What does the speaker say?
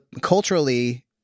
culturally